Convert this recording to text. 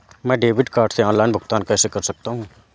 मैं debit card से online भुगतान कैसे कर सकता हूँ?